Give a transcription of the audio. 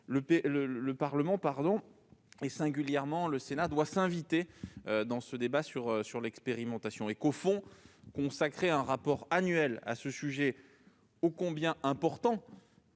le Parlement, singulièrement le Sénat, doit s'inviter dans ce débat sur l'expérimentation. Consacrer un rapport annuel sur ce sujet ô combien important,